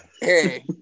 Hey